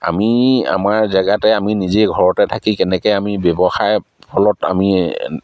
আমি আমাৰ জেগাতে আমি নিজে ঘৰতে থাকি কেনেকৈ আমি ব্যৱসায়ৰ ফলত আমি